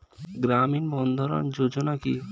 গ্রামীণ বন্ধরন যোজনা কি?